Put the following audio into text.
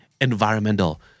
environmental